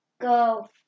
go